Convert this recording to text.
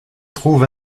trouve